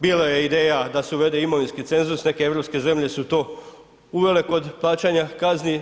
Bilo je ideja da se uvede imovinski cenzus, neke europske zemlje su to uvele kod plaćanja kazni.